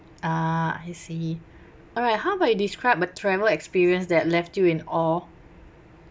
ah I see all right how about you describe a travel experience that left you in awe